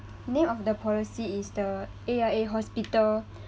name of the policy is the A_I_A hospital